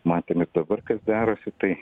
matėm ir dabar kas darosi tai